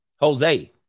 Jose